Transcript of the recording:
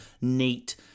neat